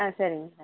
ஆ சரிங் சார்